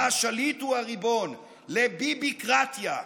שבה השליט הוא הריבון, לביביקרטיה.